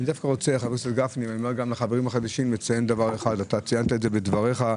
ציינת את זה בדבריך.